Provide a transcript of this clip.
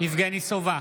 יבגני סובה,